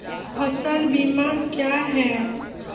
फसल बीमा क्या हैं?